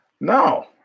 no